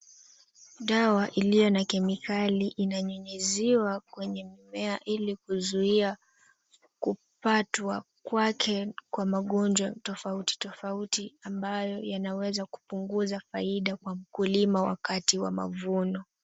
Dawa iliyo na kemikali inanyunyiziwa kwenye mimea ili kuzuia kupatwa kwake kwa magonjwa tofauti tofauti, ambayo yanaweza kupunguza faida kwa mkulima wakati wa mavuno.